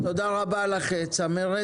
תודה רבה לך, צמרת.